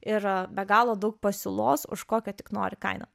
ir be galo daug pasiūlos už kokią tik nori kainą